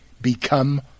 become